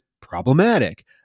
problematic